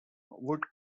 would